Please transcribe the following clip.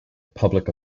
public